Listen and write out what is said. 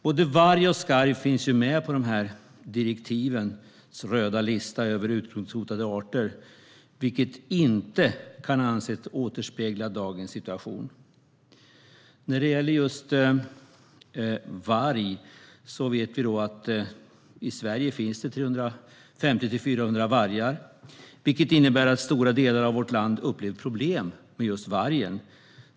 Både varg och skarv finns med på de här direktivens röda lista över utrotningshotade arter, vilket inte kan anses återspegla dagens situation. Vi vet att det i Sverige finns 350-400 vargar, vilket innebär att stora delar av vårt land upplever problem med just vargen.